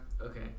Okay